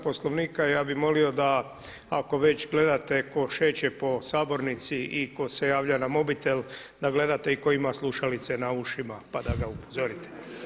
Poslovnika, ja bih molio da ako već gledate tko šeće po sabornici i tko se javlja na mobitel, da gledate i tko ima slušalice na ušima pa da ga upozorite.